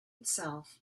itself